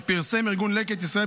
שפרסם ארגון לקט ישראל,